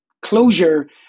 closure